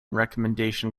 recommendation